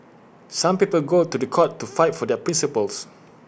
some people go to The Court to fight for their principles